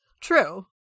True